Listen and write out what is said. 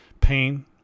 pain